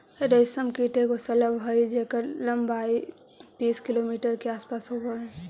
रेशम कीट एगो शलभ हई जेकर लंबाई तीस मिलीमीटर के आसपास होब हई